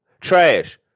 Trash